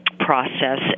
process